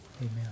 Amen